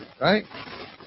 Right